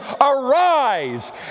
arise